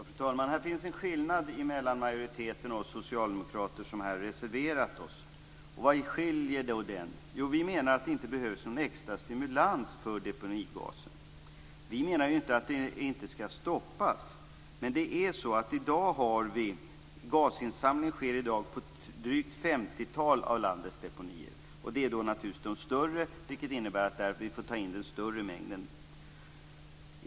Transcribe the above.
Fru talman! Här finns en skillnad mellan majoriteten och vi socialdemokrater som här reserverat oss. Vad är då skillnaden? Vi menar att det inte behövs någon extra stimulans för deponigasen. Vi menar inte att det inte skall stoppas. Men gasinsamling sker i dag på drygt ett femtiotal av landets deponier. Det är naturligtvis de större, vilket innebär att det är där vi får ta in den större mängden.